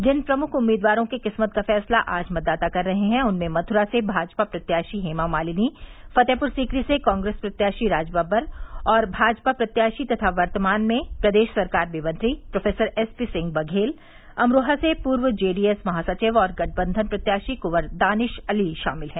जिन प्रमुख उम्मीदवारों की किस्मत का फैसला आज मतदाता कर रहे हैं उनमें मथुरा से भाजपा प्रत्याशी हेमामालिनी फतेहपुर सीकरी से कांग्रेस प्रत्याशी राज बब्बर और भाजपा प्रत्याशी तथा वर्तमान में प्रदेश सरकार में मंत्री प्रोफेसर एसपी सिंह बघेल अमरोहा से पूर्व जेडीएस महासचिव और गठबन्धन प्रत्याशी कुॅवर दानिश अली शामिल हैं